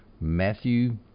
Matthew